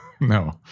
No